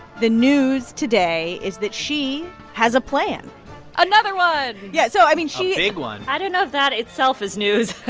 the news today is that she has a plan another one yeah. so i mean, she. a big one i don't know if that itself is news